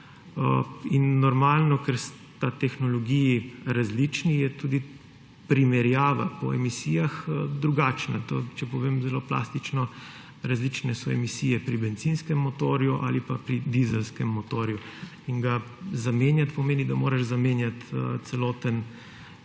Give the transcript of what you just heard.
In normalno, ker sta tehnologiji različni, je tudi primerjava po emisijah drugačna. To, če povem zelo plastično, različne so emisije pri bencinskem motorju ali pa pri dizelskem motorju in zamenjati ga pomeni, da moraš zamenjati celoten